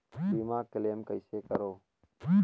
बीमा क्लेम कइसे करों?